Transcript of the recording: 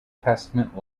testament